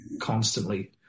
constantly